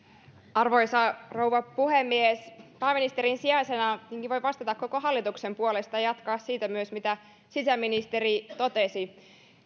arvoisa rouva puhemies pääministerin sijaisena voin vastata koko hallituksen puolesta ja jatkaa siitä mitä myös sisäministeri totesi